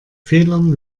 fehlern